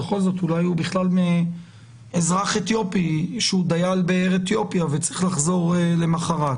אולי הוא אזרח אתיופי שהוא דייל באייר אתיופיה וצריך לחזור למוחרת.